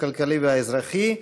הכלכלי והאזרחי.